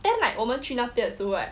then like 我们去那边的时候 right